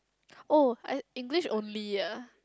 oh I English only ah